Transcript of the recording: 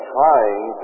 trying